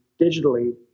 digitally